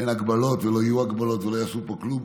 אין הגבלות ולא יהיו הגבלות ולא יעשו פה כלום,